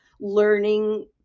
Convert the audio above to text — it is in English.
learning